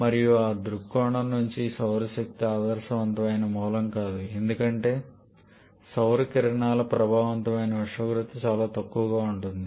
మరియు ఆ దృక్కోణం నుండి సౌర శక్తి ఆదర్శవంతమైన మూలం కాదు ఎందుకంటే సౌర కిరణాల ప్రభావవంతమైన ఉష్ణోగ్రత చాలా తక్కువగా ఉంటుంది